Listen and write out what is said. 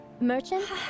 Merchant